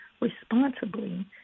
responsibly